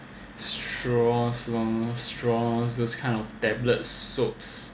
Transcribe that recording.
straws straws straws those kind of tablets soaps